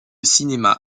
cinéma